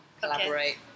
collaborate